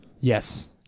Yes